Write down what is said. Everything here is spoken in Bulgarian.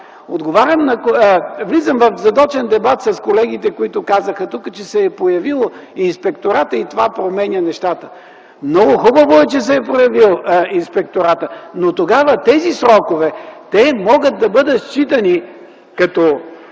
Влизам в задочен дебат с колегите, които казаха тук, че се е появил Инспекторатът и това променя нещата. Много хубаво е, че се е появил Инспекторатът, но тогава тези срокове могат да бъдат считани като